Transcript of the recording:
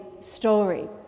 story